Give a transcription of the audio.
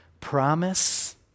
promise